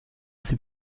ses